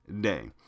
day